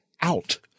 out